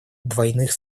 двойных